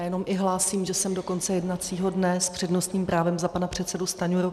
Já jenom i hlásím, že jsem do konce jednacího dne s přednostním právem za pana předsedu Stanjuru.